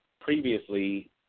previously